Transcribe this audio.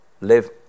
live